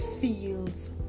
feels